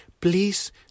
Please